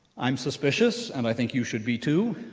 i'm suspicious, and i think you should be, too,